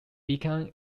became